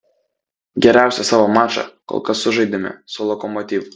geriausią savo mačą kol kas sužaidėme su lokomotiv